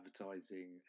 advertising